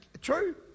True